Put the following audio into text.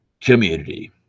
community